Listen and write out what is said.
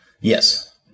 yes